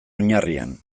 oinarrian